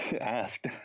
asked